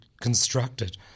constructed